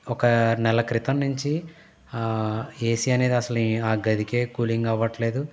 ఒక నెల క్రితం నుంచి ఏసీ అనేది అసలు ఏ ఆ గదికే కూలింగ్ అవ్వట్లేదు